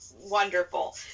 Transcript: wonderful